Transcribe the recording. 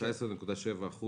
19.7%